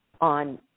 on